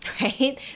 Right